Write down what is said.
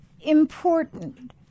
important